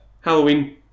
Halloween